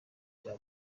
bya